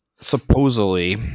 supposedly